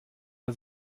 der